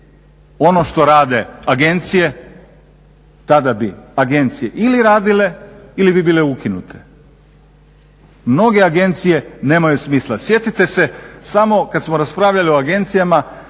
ono što rade agencije, tada bi agencije ili radile ili bi bile ukinute. Mnoge agencije nemaju smisla. Sjetite se samo kada smo raspravljali o agencijama